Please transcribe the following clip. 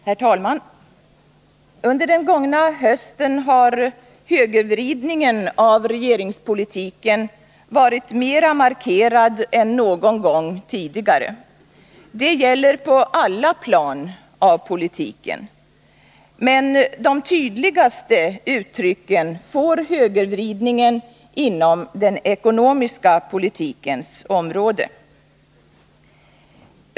Herr talman! Under den gångna hösten har högervridningen av regeringspolitiken varit mera markerad än någon gång tidigare. Det gäller på alla plan av politiken. Men de tydligaste uttrycken får högervridningen inom den ekonomiska politikens område.